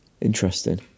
Interesting